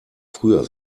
früher